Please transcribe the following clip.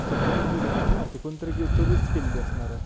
स्वत तर गेली नाही आहेना ती कोणतरी गे चोरीच केलेली असणार आहे